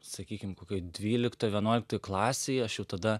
sakykim kokioj dvyliktoj vienuoliktoj klasėj aš jau tada